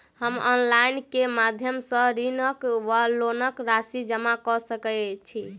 हम ऑनलाइन केँ माध्यम सँ ऋणक वा लोनक राशि जमा कऽ सकैत छी?